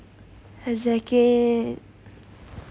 exactly